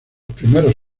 primeros